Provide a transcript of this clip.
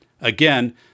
Again